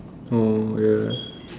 oh yeah